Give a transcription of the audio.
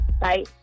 Bye